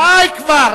שאול מופז על הבוקר,